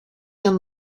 your